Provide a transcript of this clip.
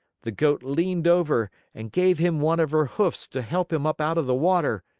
the goat leaned over and gave him one of her hoofs to help him up out of the water.